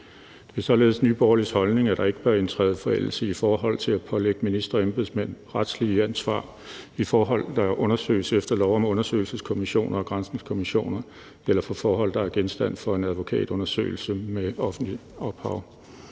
Det er således Nye Borgerliges holdning, at der ikke bør indtræde forældelse i forhold til at pålægge ministre og embedsmænd retsligt ansvar i forhold, der undersøges efter lov om undersøgelseskommissioner og granskningskommissioner, eller i forhold, der er genstand for en advokatundersøgelse med offentligt ophav.